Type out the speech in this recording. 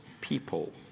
people